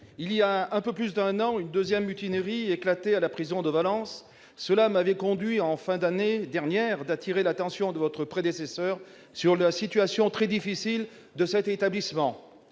il y a un peu plus d'un an, une deuxième mutinerie éclatait à la prison de Valence. Cela m'avait conduit à la fin de l'année dernière à attirer l'attention de votre prédécesseur sur la situation très difficile de cet établissement.